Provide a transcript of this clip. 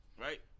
Right